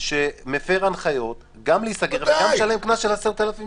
שמפר הנחיות גם להיסגר וגם לשלם קנס של 10,000 שקל.